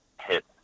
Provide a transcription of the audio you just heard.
hit